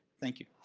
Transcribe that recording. thank you.